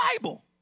Bible